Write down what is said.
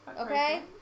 Okay